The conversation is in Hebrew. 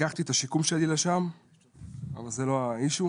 לקחתי את השיקום שלי לשם, אבל זה לא האישיו,